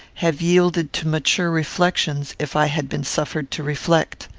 have yielded to mature reflections, if i had been suffered to reflect.